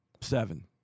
Seven